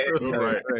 Right